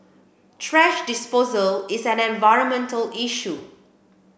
thrash disposal is an environmental issue